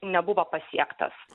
nebuvo pasiektas